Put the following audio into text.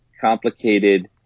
complicated